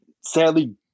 sadly